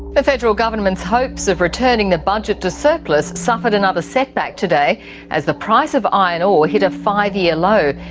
the federal government's hopes of returning the budget to surplus suffered another setback today as the price of iron ore hit a five-year low.